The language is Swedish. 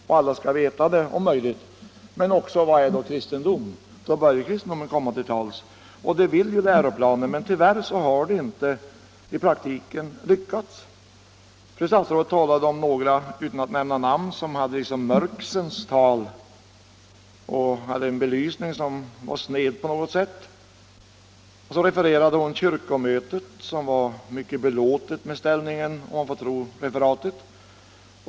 — och alla skall veta det, om möjligt. Men man skall också säga: Vad är kristendom? Då bör ju kristendomen komma till tals. Det vill också läroplanen, men tyvärr har det inte i praktiken lyckats. Utan att nämna namn talade fru statsrådet om några som talade liksom i mörksens tongångar och gav frågorna en belysning som var sned på något sätt. Så refererade hon kyrkomötet, som var mycket belåtet med ställningen, om man får tro referatet.